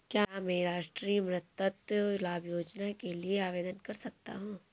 क्या मैं राष्ट्रीय मातृत्व लाभ योजना के लिए आवेदन कर सकता हूँ?